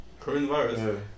Coronavirus